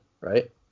right